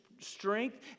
strength